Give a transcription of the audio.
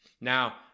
Now